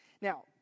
now